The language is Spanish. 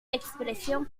expresión